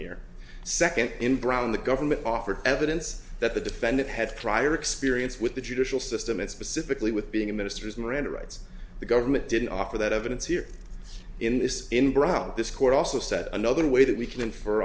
here second in brown the government offered evidence that the defendant had prior experience with the judicial system and specifically with being a minister's miranda rights the government didn't offer that evidence here in this in brown this court also said another way that we can in